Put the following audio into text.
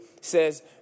says